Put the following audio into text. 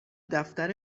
دفتر